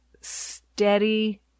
steady